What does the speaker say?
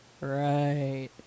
Right